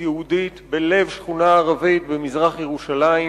יהודית בלב שכונה ערבית במזרח-ירושלים.